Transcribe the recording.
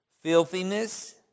filthiness